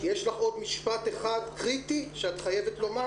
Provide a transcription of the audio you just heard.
עוד משפט אחד קריטי שאת חייבת לומר?